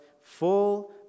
full